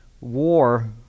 war